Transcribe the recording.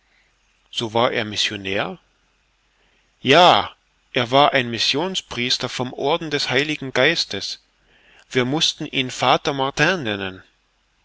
so war er ein missionär ja er war ein missionspriester vom orden des heiligen geistes wir mußten ihn vater martin nennen